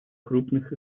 крупных